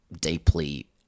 deeply